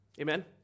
Amen